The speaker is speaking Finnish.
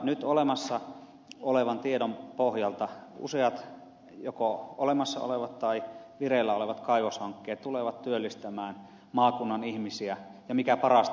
nyt olemassa olevan tiedon pohjalta useat joko olemassa olevat tai vireillä olevat kaivoshankkeet tulevat työllistämään maakunnan ihmisiä ja mikä parasta